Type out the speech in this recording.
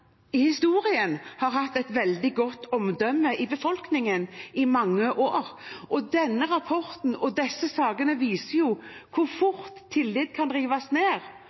virksomhet har historisk sett hatt et veldig godt omdømme i befolkningen, i mange år. Denne rapporten og disse sakene viser hvor fort tillit kan rives ned,